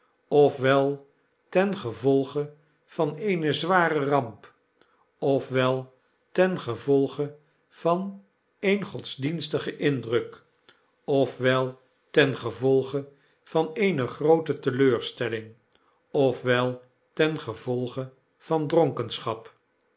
wel ten gevolge van eene zware ramp of wel ten gevolge van een godsdienstigenindruk of wel ten gevolge van eene groote teleurstelling of wel ten gevolge van dronkenschap